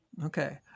Okay